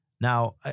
Now